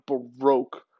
baroque